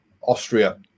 Austria